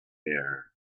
air